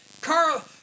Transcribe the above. Carl